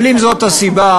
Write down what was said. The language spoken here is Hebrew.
אבל אם זאת הסיבה,